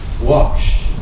washed